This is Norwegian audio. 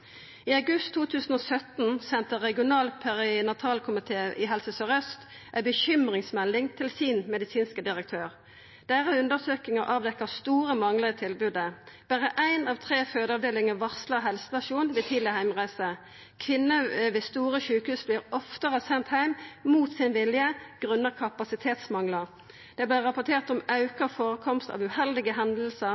I august 2017 sende Regional perinatalkomité i Helse Sør-Aust ei bekymringsmelding til sin medisinske direktør. Deira undersøkingar avdekte store manglar i tilbodet. Berre éi av tre fødeavdelingar varsla helsestasjonen ved tidleg heimreise. Kvinner ved store sjukehus vart oftare sende heim mot sin vilje, grunna kapasitetsmanglar. Det vart rapportert om auka førekomst av uheldige